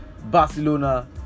barcelona